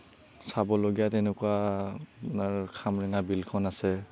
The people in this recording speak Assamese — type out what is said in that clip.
চাবলগীয়া তেনেকুৱা আমাৰ খামৰেঙা বিলখন আছে